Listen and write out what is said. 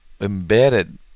embedded